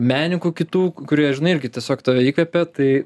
menininkų kitų kurie žinai irgi tiesiog tave įkvepia tai